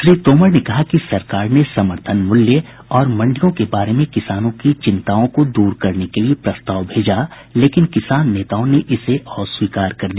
श्री तोमर ने कहा कि सरकार ने समर्थन मूल्य और मंडियों के बारे में किसानों की चिंताओं को दूर करने के लिए प्रस्ताव भेजा लेकिन किसान नेताओं ने इसे अस्वीकार कर दिया